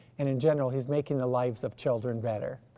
and in general, he's making the lives of children better.